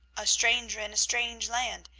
a stranger in a strange land,